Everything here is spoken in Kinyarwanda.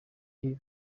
n’iya